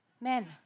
men